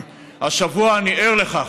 השבוע אני ער לכך,